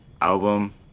album